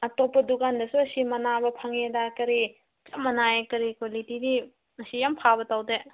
ꯑꯇꯣꯞꯄ ꯗꯨꯀꯥꯟꯗꯁꯨ ꯁꯤ ꯃꯥꯟꯅꯕ ꯐꯪꯉꯦꯕ ꯀꯔꯤ ꯆꯞ ꯃꯥꯟꯅꯩ ꯀꯔꯤ ꯀ꯭ꯋꯥꯂꯤꯇꯤꯗꯤ ꯑꯁꯤ ꯌꯥꯝ ꯐꯕ ꯇꯧꯗꯦ